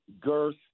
girth